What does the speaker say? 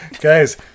Guys